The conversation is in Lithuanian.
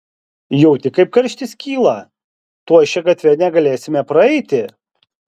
jauti kaip karštis kyla tuoj šia gatve negalėsime praeiti